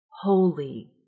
holy